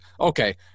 Okay